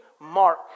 Mark